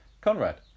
Conrad